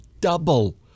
double